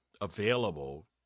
available